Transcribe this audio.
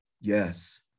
Yes